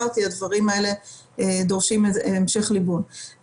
יתמקד כרגע בעניינים האלה ובד בבד תמשיך העבודה כדי